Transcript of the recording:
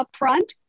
upfront